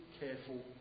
careful